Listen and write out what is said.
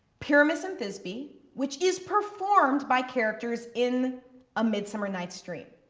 pyramus and thisbe, which is performed by characters in a midsummer night's dream.